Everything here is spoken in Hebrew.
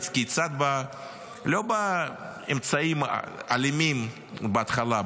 לא באמצעים אלימים בהתחלה,